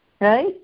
right